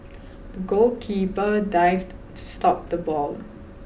the goalkeeper dived to stop the ball